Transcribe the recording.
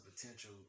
potential